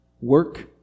Work